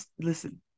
listen